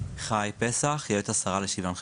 אני חי פסח, יועץ השרה לשוויון חברתי.